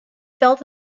felt